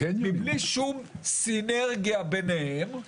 מבלי שום סינרגיה ביניהן,